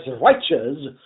righteous